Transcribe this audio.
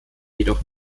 jedoch